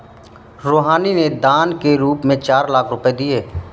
रूहानी ने दान के रूप में चार लाख रुपए दिए